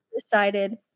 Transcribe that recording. decided